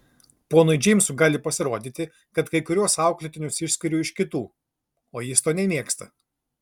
ponui džeimsui gali pasirodyti kad kai kuriuos auklėtinius išskiriu iš kitų o jis to nemėgsta